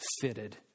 fitted